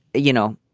you know,